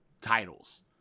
titles